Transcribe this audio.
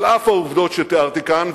על אף העובדות שתיארתי כאן,